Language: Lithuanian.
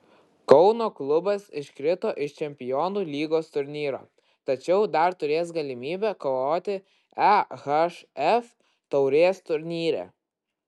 kauno klubas iškrito iš čempionų lygos turnyro tačiau dar turės galimybę kovoti ehf taurės turnyre